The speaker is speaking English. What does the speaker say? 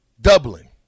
Dublin